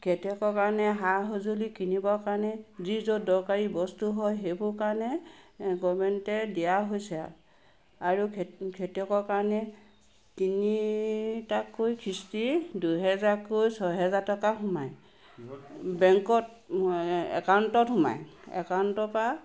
খেতিয়কৰ কাৰণে সা সঁজুলি কিনিবৰ কাৰণে যি য'ত দৰকাৰী বস্তু হয় সেইবোৰৰ কাৰণে গভৰ্ণমেণ্টে দিয়া হৈছে আৰু খে খেতিয়কৰ কাৰণে তিনিটাকৈ কিস্তিৰ দুহেজাৰকৈ ছহেজাৰ টকা সোমায় বেংকত একাউণ্টত সোমায় একাউণ্টৰ পৰা